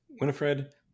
winifred